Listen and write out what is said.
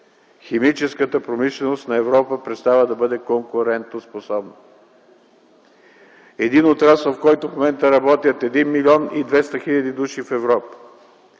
химическата промишленост на Европа представа да бъде конкурентоспособна. Един отрасъл, в който в момента работят 1 млн. 200 хил. души в Европа,